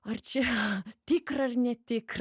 ar čia tikra ar ne tikra